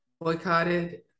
boycotted